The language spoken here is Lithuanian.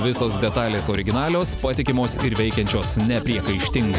visos detalės originalios patikimos ir veikiančios nepriekaištingai